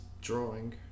drawing